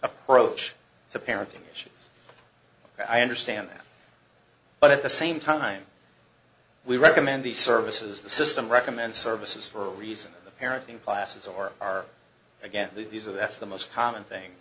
approach to parenting issues i understand that but at the same time we recommend the services the system recommend services for a reason the parenting classes or are again these are that's the most common thing